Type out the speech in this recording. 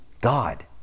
God